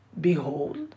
Behold